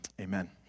Amen